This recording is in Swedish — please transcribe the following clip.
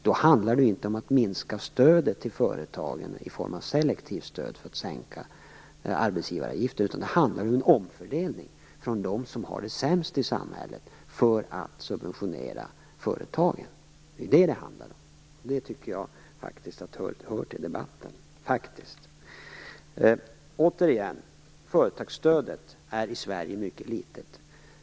Då handlar det inte om att minska stödet till företagen i form av selektivt stöd för att sänka arbetsgivaravgifter, utan om en omfördelning från dem som har det sämst i samhället för att subventionera företagen. Det är det som det handlar om. Jag tycker att det hör till debatten. Återigen: företagsstödet i Sverige är mycket litet.